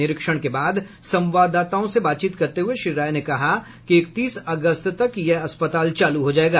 निरीक्षण के बाद संवाददाताओं से बातचीत करते हुए श्री राय ने कहा कि एकतीस अगस्त तक यह अस्पताल चालू हो जायेगा